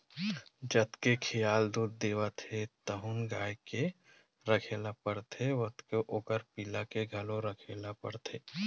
जतके खियाल दूद देवत हे तउन गाय के राखे ल परथे ओतके ओखर पिला के घलो राखे ल परथे